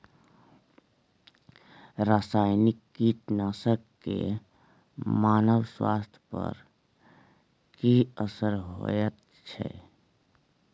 रसायनिक कीटनासक के मानव स्वास्थ्य पर की असर होयत छै?